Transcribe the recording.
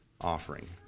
offering